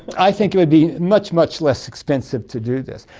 i think it would be much, much less expensive to do this.